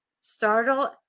startle